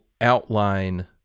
outline